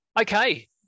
Okay